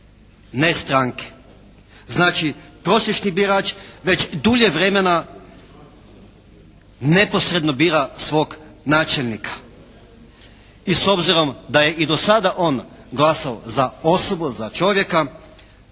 ne stranke. Znači prosječni birač već dulje vremena neposredno bira svog načelnika. I s obzirom da je i do sada on glasovao za osobu, za čovjeka